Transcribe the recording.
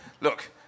look